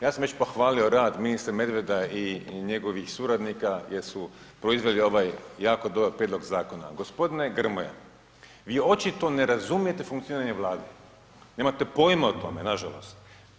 Ja sam već pohvalio rad ministra Medveda i njegovih suradnika jer su proizveli ovaj jako dobar prijedlog zakona. g. Grmoja, vi očito ne razumijete funkcioniranje Vlade, nemate pojma o tome, nažalost.